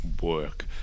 work